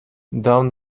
down